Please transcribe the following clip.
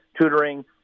tutoring